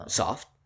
soft